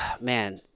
Man